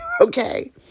okay